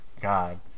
God